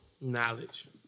Knowledge